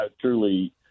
truly